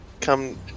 come